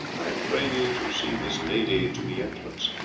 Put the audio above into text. i pray you to see this lady to the entrance.